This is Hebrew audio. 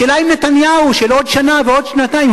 השאלה היא אם נתניהו של עוד שנה ועוד שנתיים,